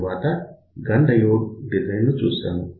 తరువాత gun diode design ను చూశాము